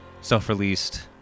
self-released